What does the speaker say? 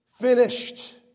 finished